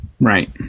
right